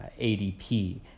ADP